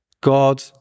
God